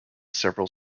several